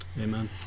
Amen